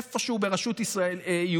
איפשהו ברשות יהודית,